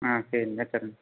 ஆ சரிங்க சரி